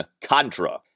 Contra